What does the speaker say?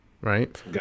Right